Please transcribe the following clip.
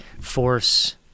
force